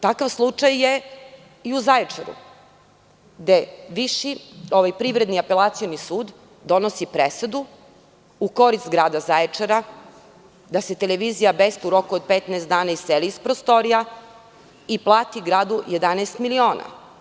Takav slučaj je i u Zaječaru, gde Privredni apelacioni sud donosi presudu u korist grada Zaječara, da se Televizija „Best“ u roku od 15 dana iseli iz prostorija i plati gradu 11 miliona.